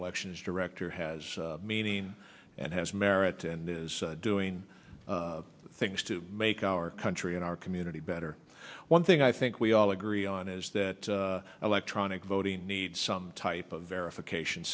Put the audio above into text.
election is director has meaning and has merit and is doing things to make our country and our community better one thing i think we all agree on is that electronic voting needs some type of verification